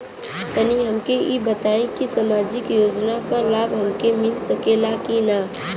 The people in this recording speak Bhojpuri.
तनि हमके इ बताईं की सामाजिक योजना क लाभ हमके मिल सकेला की ना?